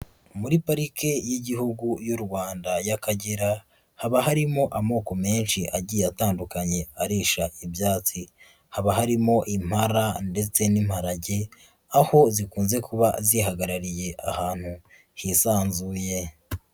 Muri Parike y'Igihugu y'u Rwanda y'Akagera, haba harimo amoko menshi agiye atandukanye arisha ibyatsi, haba harimo impara ndetse n'imparage, aho zikunze kuba zihagarariye ahantu hisanzuye.